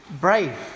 brave